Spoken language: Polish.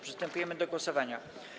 Przystępujemy do głosowania.